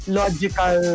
logical